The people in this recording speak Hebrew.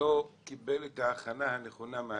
ולא קיבל את ההכנה הנכונה מהלשכה.